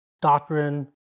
doctrine